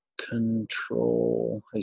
control